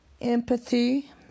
empathy